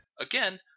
again